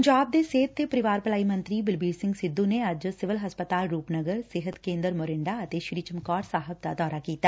ਪੰਜਾਬ ਦੇ ਸਿਹਤ ਤੇ ਪਰਿਵਾਰ ਭਲਾਈ ਮੰਤਰੀ ਬਲਬੀਰ ਸਿੰਘ ਸਿੱਧੁ ਨੇ ਅੱਜ ਸਿਵਲ ਹਸਪਤਾਲ ਰੁਪਨਗਰ ਸਿਹਤ ਕੇਂਦਰ ਮੋਰਿੰਡਾ ਅਤੇ ਸ੍ਰੀ ਚਮਕੌਰ ਸਾਹਿਬ ਦਾ ਦੌਰਾ ਕੀਤਾ